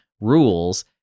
rules